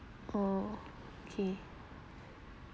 orh okay